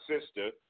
sister